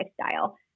lifestyle